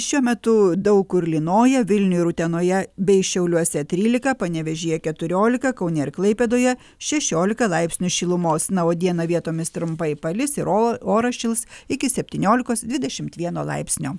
šiuo metu daug kur lynoja vilniuj ir utenoje bei šiauliuose trylika panevėžyje keturiolika kaune ir klaipėdoje šešiolika laipsnių šilumos na o dieną vietomis trumpai palis ir o oras šils iki septyniolikos dvidešimt vieno laipsnio